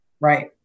Right